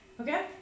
Okay